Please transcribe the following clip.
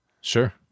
Sure